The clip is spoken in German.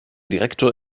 direktor